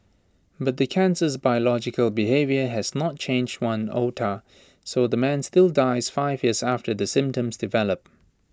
but the cancer's biological behaviour has not changed one iota so the man still dies five years after symptoms develop